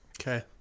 Okay